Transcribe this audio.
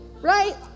right